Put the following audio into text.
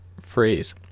phrase